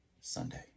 Sunday